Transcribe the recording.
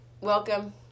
welcome